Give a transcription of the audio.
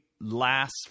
last